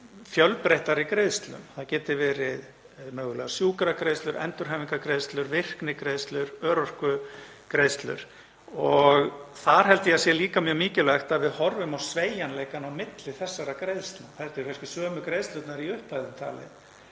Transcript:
fjölbreyttari greiðslum, það geti verið mögulega sjúkragreiðslur, endurhæfingargreiðslur, virknigreiðslur, örorkugreiðslur. Þar held ég að sé líka mjög mikilvægt að við horfum á sveigjanleikann á milli þessara greiðslna. Þetta eru kannski sömu greiðslurnar í upphæðum talið